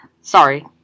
Sorry